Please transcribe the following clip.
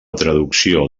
traducció